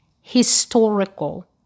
historical